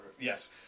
Yes